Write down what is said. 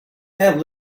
have